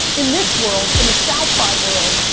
in this world, in the south-by world,